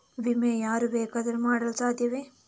ವಿಮೆ ಯಾರು ಬೇಕಾದರೂ ಮಾಡಲು ಸಾಧ್ಯವೇ?